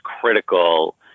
critical